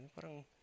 Parang